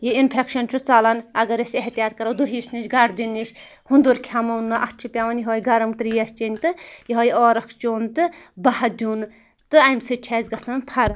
یہِ انفیٚکشَن چھُ ژَلان اَگر أسۍ احتیاط کرو دُہِس نِش گردِ نِش ہُنٛدر کھیٚموٚو نہٕ اَتھ چھِ پیٚوان یِہٲے گرٕم ترٛیش چیٚنۍ تہٕ یِہوے عٲرَق چیٛون تہٕ بہاہ دیٛن تہٕ اَمہِ سۭتۍ چھِ اسہِ گژھان فرق